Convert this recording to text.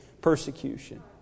persecution